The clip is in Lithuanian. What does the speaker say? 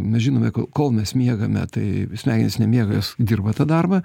mes žinome ko kol mes miegame tai smegenys nemiega jos dirba tą darbą